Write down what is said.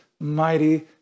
mighty